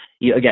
Again